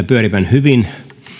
pyörivän hyvin